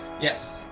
Yes